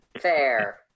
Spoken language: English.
Fair